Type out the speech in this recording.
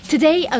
Today